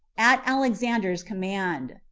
at alexander's command.